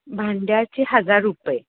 भांड्याचे हजार रुपये